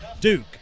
Duke